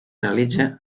realitza